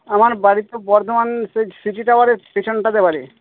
আমার বাড়ি তো বর্ধমান সেই সিজি টাওয়ারের পিছনটাতে বাড়ি